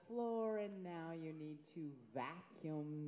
floor and now you need to